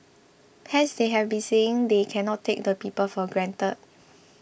hence they have been saying they cannot take the people for granted